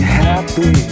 happy